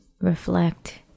reflect